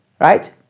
right